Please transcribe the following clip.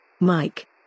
Mike